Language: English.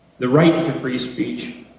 the right to free speech.